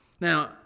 Now